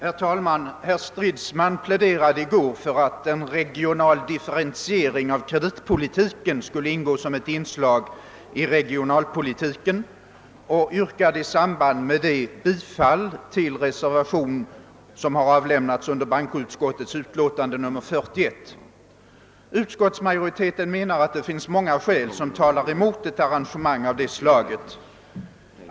Herr talman! Herr Stridsman pläderade i går för att en regional differentiering av kreditpolitiken skulle ingå som ett inslag i regionalpolitiken och yrkade i samband därmed bifall till den reservation som har fogats vid bankoutskottets utlåtande nr 41. Utskottsmajoriteten anser att det finns många skäl som talar emot ett arrangemang av det slaget.